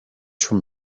from